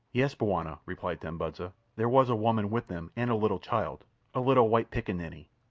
yes, bwana, replied tambudza, there was a woman with them and a little child a little white piccaninny.